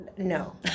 No